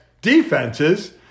defenses